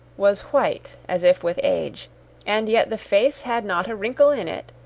was white as if with age and yet the face had not a wrinkle in it,